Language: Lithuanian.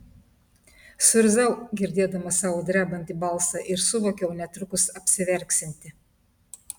suirzau girdėdama savo drebantį balsą ir suvokiau netrukus apsiverksianti